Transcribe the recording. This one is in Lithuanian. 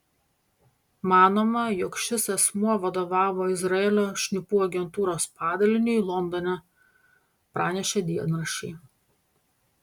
manoma jog šis asmuo vadovavo izraelio šnipų agentūros padaliniui londone pranešė dienraščiai